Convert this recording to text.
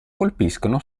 colpiscono